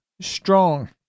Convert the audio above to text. strong